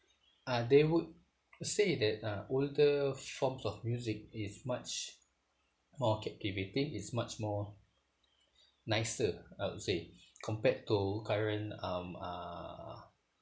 ah they would say that uh older forms of music is much more captivating it's much more nicer I would say compared to current um uh